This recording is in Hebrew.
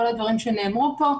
כל הדברים שנאמרו פה,